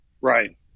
Right